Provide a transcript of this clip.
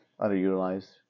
underutilized